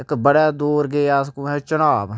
इक बड़े दूर गे अस कुत्थै चन्हां